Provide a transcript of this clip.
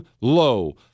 low